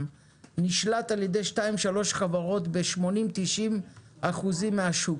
נשלט על ידי שתיים-שלוש חברות ב-80% ו-90% מהשוק,